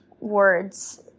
words